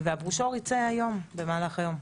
הברושור ייצא במהלך היום.